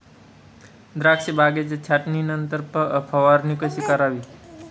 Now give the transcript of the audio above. द्राक्ष बागेच्या छाटणीनंतर फवारणी कशी करावी?